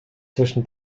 zwischen